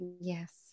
Yes